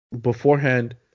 beforehand